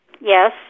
Yes